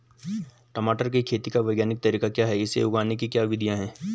टमाटर की खेती का वैज्ञानिक तरीका क्या है इसे उगाने की क्या विधियाँ हैं?